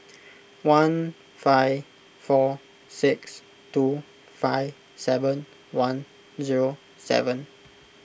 one five four six two five seven one zero seven